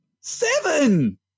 Seven